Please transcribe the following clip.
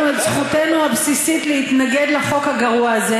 את זכותנו הבסיסית להתנגד לחוק הגרוע הזה,